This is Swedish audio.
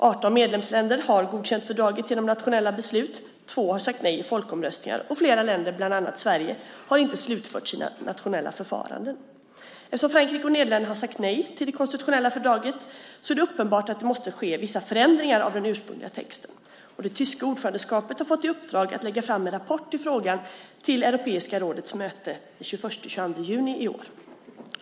18 medlemsstater har i dag godkänt fördraget genom nationella beslut, två har sagt nej i folkomröstningar och flera länder, däribland Sverige, har inte slutfört sina nationella förfaranden. Eftersom Frankrike och Nederländerna har sagt nej till det konstitutionella fördraget i folkomröstningar är det uppenbart att vissa förändringar av den ursprungliga texten måste ske. Det tyska ordförandeskapet har fått i uppdrag att lägga fram en rapport i frågan till Europeiska rådets möte den 21-22 juni.